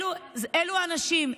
אלו האנשים,